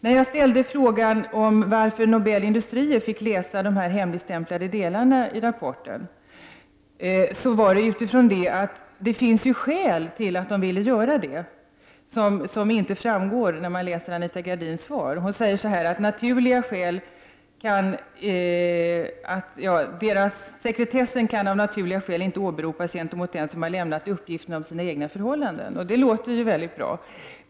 När jag ställde frågan varför Nobel Industrier fick läsa de hemligstämplade delarna i rapporten, var bakgrunden att det ju fanns skäl till att Nobel Industrier ville göra det — skäl som inte framgår när man läser Anita Gradins svar. Hon säger: ”Denna sekretess kan av naturliga skäl inte åberopas gentemot den som lämnat uppgifter om sina egna förhållanden.” Det låter ju mycket bra.